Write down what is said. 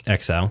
XL